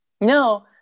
No